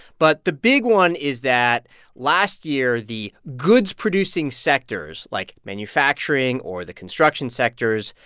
but the big one is that last year, the goods-producing sectors, like manufacturing or the construction sectors,